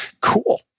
Cool